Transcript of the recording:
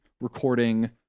recording